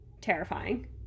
Terrifying